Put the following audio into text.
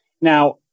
Now